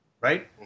right